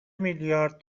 میلیارد